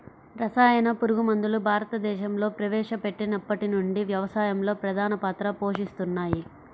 రసాయన పురుగుమందులు భారతదేశంలో ప్రవేశపెట్టినప్పటి నుండి వ్యవసాయంలో ప్రధాన పాత్ర పోషిస్తున్నాయి